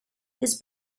his